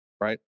right